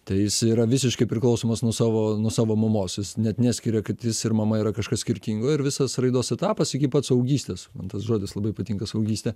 tai jis yra visiškai priklausomas nuo savo nuo savo mamos jis net neskiria kad jis ir mama yra kažkas skirtingo ir visas raidos etapas iki pat suaugystės tas žodis labai patinka suaugystė